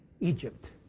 Egypt